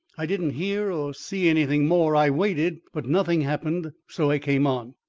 i didn't hear or see anything more. i waited, but nothing happened, so i came on.